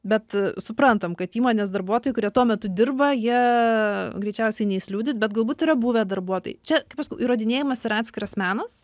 bet suprantam kad įmonės darbuotojai kurie tuo metu dirba jie greičiausiai neis liudyt bet galbūt yra buvę darbuotojai čia kaip aš sakau įrodinėjamas yra atskiras menas